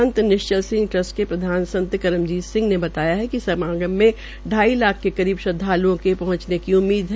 संत Nishchal Singh trust के प्रधान संत कर्मजीत ने बताया कि समागम में शाई लाख के करीब श्रद्वालुओं के पहंचने की उम्मीद है